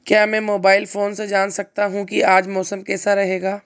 क्या मैं mobile phone से जान सकता हूँ कि आज मौसम कैसा रहेगा?